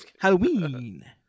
Halloween